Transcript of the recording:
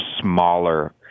smaller